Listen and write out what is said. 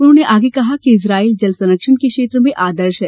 उन्होंने आगे कहा कि इजराइल जल संरक्षण के क्षेत्र में आदर्श है